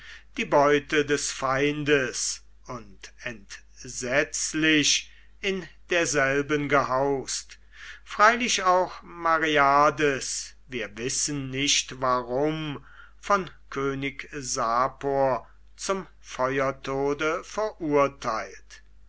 die beute des feindes und entsetzlich in derselben gehaust freilich auch mareades wir wissen nicht warum von könig sapor zum feuertode verurteilt